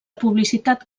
publicitat